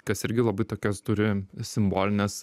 kas irgi labai tokios turi simbolinės